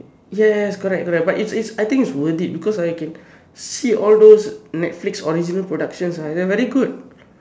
yes correct correct is is I think its worth it because I can see all those netflix original productions ah they are very good